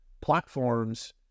platforms